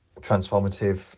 transformative